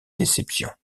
déception